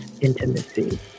intimacy